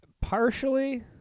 Partially